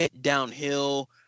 downhill